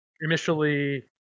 Initially